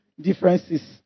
differences